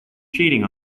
cheating